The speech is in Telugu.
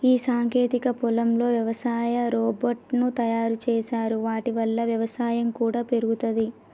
ఈ సాంకేతిక కాలంలో వ్యవసాయ రోబోట్ ను తయారు చేశారు వాటి వల్ల వ్యవసాయం కూడా పెరుగుతది